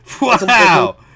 Wow